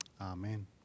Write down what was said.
Amen